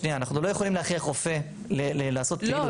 אנחנו לא יכולים להכריח רופא לעשות --- לא,